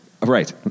right